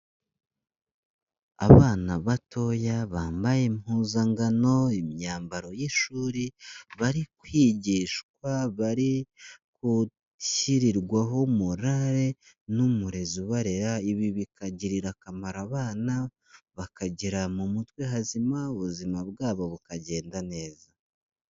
Abana batoya bambaye impuzangano, imyambaro y'ishuri, bari kwigishwa, bari gushyirirwaho morale n'umurezi ubarera, ibi bikagirira akamaro abana, bakagira mu mutwe hazima, ubuzima bwabo bukagenda neza.